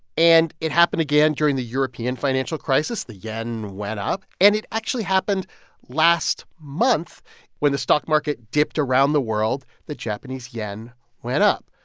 and it happened again during the european financial crisis. the yen went up. and it actually happened last month when the stock market dipped around the world. the japanese yen went up.